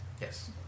Yes